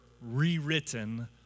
rewritten